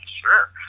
sure